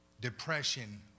Depression